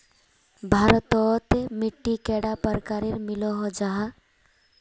भारत तोत मिट्टी कैडा प्रकारेर मिलोहो जाहा?